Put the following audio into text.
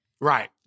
Right